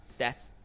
stats